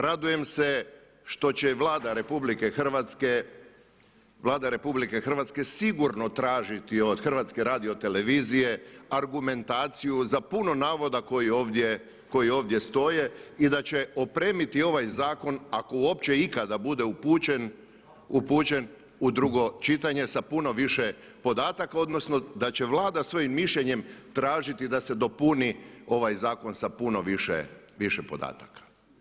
Radujem se što će Vlada RH sigurno tražiti od HRT-a argumentaciju za puno navoda koji ovdje stoje i da će opremiti ovaj zakon ako uopće ikada bude upućen u drugo čitanje sa puno više podataka odnosno da će Vlada svojim mišljenjem tražiti da se dopuni ovaj zakon sa puno više podataka.